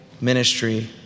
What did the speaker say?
ministry